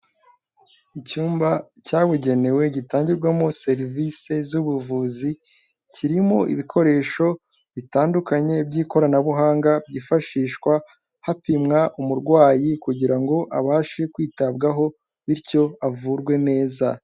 Icyumba cyabugenewe gitangirwamo serivisi z'ubuvuzi kirimo ibikoresho bitandukanye by'ikoranabuhanga, byifashishwa hapimwa umurwayi kugira ngo abashe kwitabwaho bityo avurwe neza.